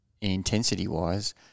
intensity-wise